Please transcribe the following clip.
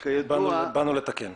באו לתקן.